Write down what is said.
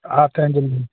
आते हैं दिन में